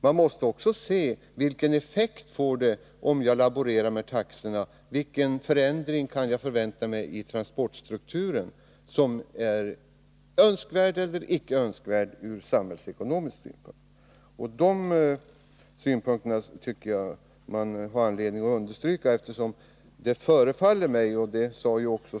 Det är också viktigt att ta hänsyn till vilka önskvärda eller icke önskvärda effekter som ett laborerande med taxorna kan få ur samhällsekonomisk synpunkt, när det gäller transportstrukturen m.m. Jag tycker det finns anledning att understryka vikten av att man beaktar också dessa synpunkter.